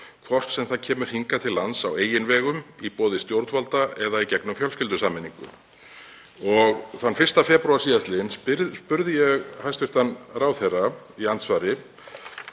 hvort sem það kemur hingað til lands á eigin vegum, í boði stjórnvalda eða í gegnum fjölskyldusameiningu.“ Þann 1. febrúar síðastliðinn spurði ég hæstv. ráðherra í andsvari,